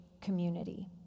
community